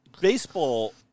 baseball